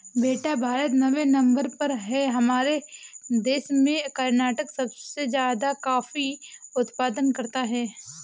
बेटा भारत नौवें नंबर पर है और हमारे देश में कर्नाटक सबसे ज्यादा कॉफी उत्पादन करता है